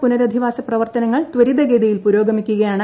പുനഃരധിവാസ പ്രവർത്തനങ്ങൾ ത്വരിതഗതിയിൽ പുരോഗമിക്കുകയാണ്